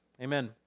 Amen